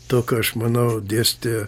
to ką aš manau dėstė